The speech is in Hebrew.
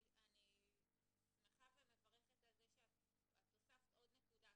אני שמחה ומברכת על כך שהוספת עוד נקודה.